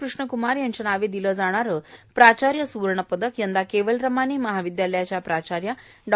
कृष्णक्मार यांच्या नावे दिलं जाणारं प्राचार्य स्वर्ण पदक यंदा केवलरामाणी महाविद्यालयाच्या प्राचार्या डॉ